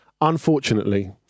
Unfortunately